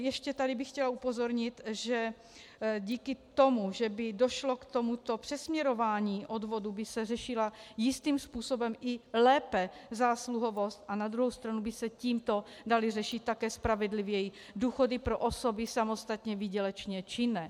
Ještě bych chtěla upozornit, že díky tomu, že by došlo k tomuto přesměrování odvodů, by se řešila jistým způsobem i lépe zásluhovost a na druhou stranu by se tímto daly řešit také spravedlivěji důchody pro osoby samostatně výdělečně činné.